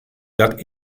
got